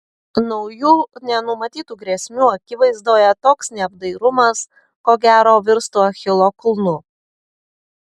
naujų nenumatytų grėsmių akivaizdoje toks neapdairumas ko gero virstų achilo kulnu